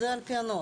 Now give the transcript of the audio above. זה על פי הנוהל,